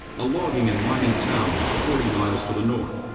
a logging and mining town forty miles to the north.